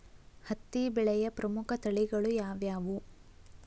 ಹತ್ತಿ ಬೆಳೆಯ ಪ್ರಮುಖ ತಳಿಗಳು ಯಾವ್ಯಾವು?